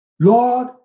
Lord